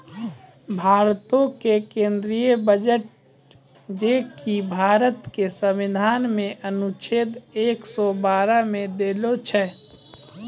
भारतो के केंद्रीय बजट जे कि भारत के संविधान मे अनुच्छेद एक सौ बारह मे देलो छै